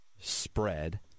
spread